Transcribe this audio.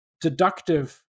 deductive